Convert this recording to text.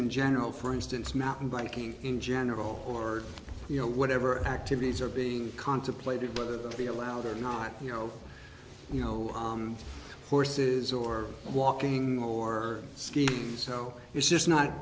in general for instance mountain biking in general or you know whatever activities are being contemplated whether to be allowed or not you know you know horses or walking or skis so it's just not